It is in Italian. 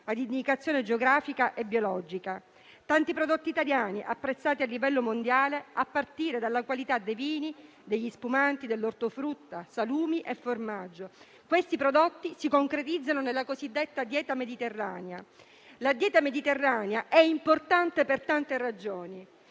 ad indicazione geografica e biologica: tanti prodotti italiani, apprezzati a livello mondiale, a partire dai vini, dagli spumanti, dall'ortofrutta, dai salumi e dai formaggi, tutti di qualità. Questi prodotti si concretizzano nella cosiddetta dieta mediterranea. La dieta mediterranea è importante per tante ragioni.